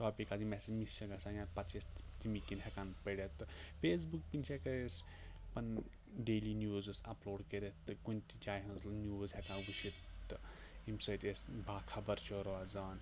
topic آ یِم اَسہِ مِس چھِ گژھان یا پَتہٕ چھِ أسۍ تَمی کِنۍ ہٮ۪کان پٔرِتھ تہٕ فیس بُک کِنۍ چھِ ہٮ۪کان أسۍ پَنُن ڈیلی نِوزٕز اَپلوڈ کٔرِتھ تہٕ کُنہِ تہِ جایہِ ہٕنٛز نِوٕز ہٮ۪کان وٕچھِتھ تہٕ ییٚمہِ سۭتۍ أسۍ با خبر چھِ روزان